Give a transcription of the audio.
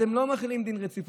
אתם לא מחילים דין רציפות.